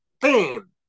bam